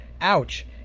Ouch